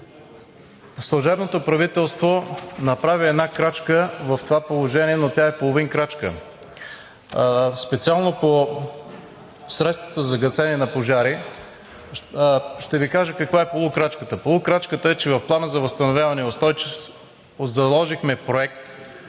Служебното правителство направи една крачка в това положение, но тя е половин крачка. Специално по средствата за гасене на пожари ще Ви кажа каква е полукрачката. Полукрачката е, че в Плана за възстановяване и устойчивост заложихме проект